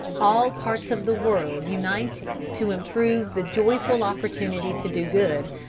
all parts of the world uniting to improve the joyful opportunity to do good,